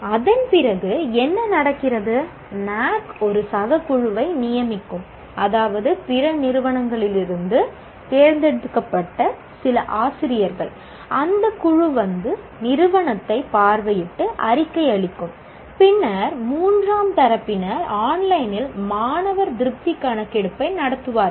அதன் பிறகு என்ன நடக்கிறது NAAC ஒரு சக குழுவை நியமிக்கும் அதாவது பிற நிறுவனங்களிலிருந்து தேர்ந்தெடுக்கப்பட்ட சில ஆசிரியர்கள் அந்தக் குழு வந்து நிறுவனத்தைப் பார்வையிட்டு அறிக்கை அளிக்கும் பின்னர் மூன்றாம் தரப்பினர் ஆன்லைனில் மாணவர் திருப்தி கணக்கெடுப்பை நடத்துவார்கள்